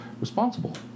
responsible